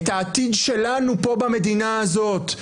את העתיד שלנו פה במדינה הזאת,